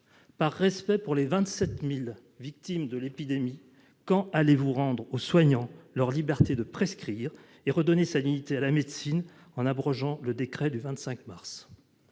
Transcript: Par respect pour les 27 000 victimes de l'épidémie, quand allez-vous rendre aux soignants leur liberté de prescrire et redonner sa dignité à la médecine, en abrogeant le décret du 25 mars ?